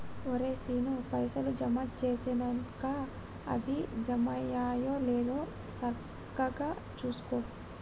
ఒరే శీనూ, పైసలు జమ జేసినంక అవి జమైనయో లేదో సక్కగ జూసుకో